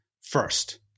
first